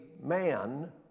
man